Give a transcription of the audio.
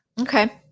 Okay